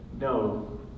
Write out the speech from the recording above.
no